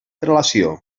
prelació